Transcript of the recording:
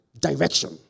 direction